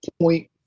point